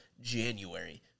January